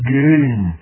game